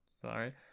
sorry